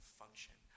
function